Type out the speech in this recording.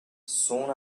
soon